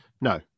No